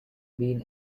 been